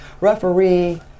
referee